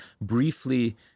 briefly